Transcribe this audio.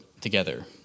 together